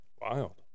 Wild